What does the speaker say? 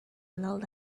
lot